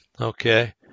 okay